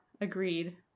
Agreed